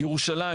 ירושלים,